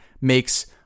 makes